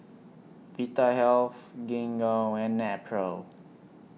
Vitahealth Gingko and Nepro